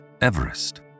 Everest